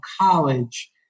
college